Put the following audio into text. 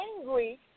angry